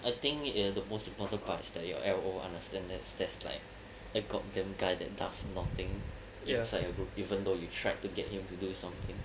I think uh the most important parts is that your L_O understand that's that's like a god damn guy does nothing inside your group even though you tried to get him to do something